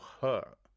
hurt